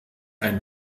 ein